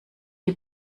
die